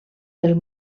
del